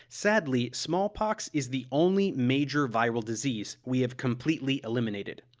sadly, smallpox is the only major viral disease we have completely eliminated.